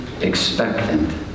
expectant